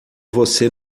você